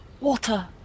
Water